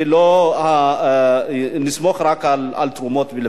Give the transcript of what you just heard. ולא לסמוך רק על תרומות.